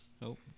Nope